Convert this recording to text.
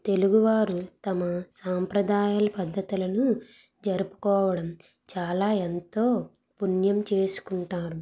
తెలుగువారు తమ సాంప్రదాయ పద్ధతులను జరుపుకోవడం చాలా ఎంతో పుణ్యం చేసుకుంటారు